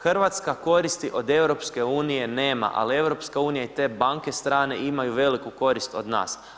Hrvatska koristi od EU nema, ali EU i te banke strane imaju veliku korist od nas.